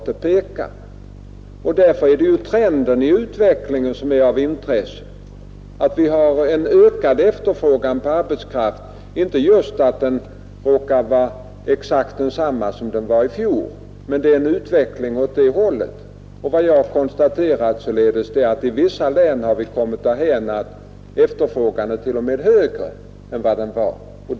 Det är därför trenden i utvecklingen är av intresse, och den visar nu en ökande efterfrågan på arbetskraft, även om denna ökning inte leder till en efterfrågan som är exakt lika hög som i fjol. Det är dock en utveckling åt rätt håll. Vad jag konstaterar är således att vi i vissa län kommit därhän att efterfrågan på arbetskraft t.o.m. är förhållandevis högre än vad den var vid samma tid i fjol.